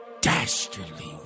Dastardly